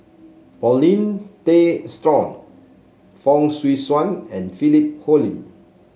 Paulin Tay Straughan Fong Swee Suan and Philip Hoalim